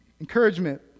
Encouragement